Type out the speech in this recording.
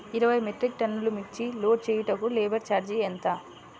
ఇరవై మెట్రిక్ టన్నులు మిర్చి లోడ్ చేయుటకు లేబర్ ఛార్జ్ ఎంత?